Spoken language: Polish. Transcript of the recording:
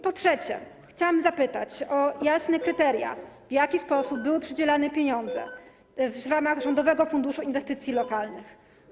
Po trzecie, chciałam zapytać o jasne kryteria, to, w jaki sposób były przydzielane pieniądze w ramach Rządowego Funduszu Inwestycji Lokalnych.